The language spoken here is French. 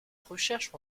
recherche